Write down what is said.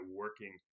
working